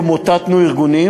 ומוטטנו ארגונים,